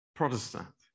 protestant